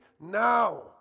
now